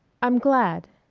i'm glad.